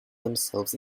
themselves